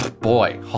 Boy